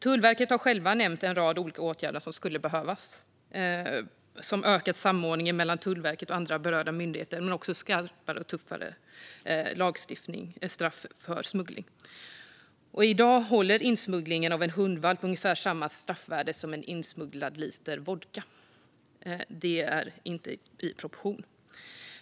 Tullverket har nämnt en rad olika åtgärder som skulle behövas, till exempel ökad samordning mellan Tullverket och andra berörda myndigheter men också skarpare och tuffare lagstiftning och straff för smuggling. I dag håller insmugglingen av en hundvalp ungefär samma straffvärde som en insmugglad liter vodka. Det är inte proportionerligt.